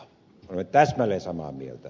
minä olen täsmälleen samaa mieltä